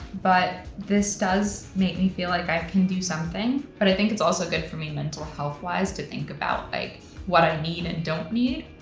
but this does make me feel like i can do something, but i think it's also good for me mental health-wise to think about what i need and don't need,